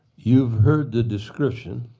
you've heard the description.